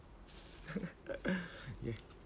ya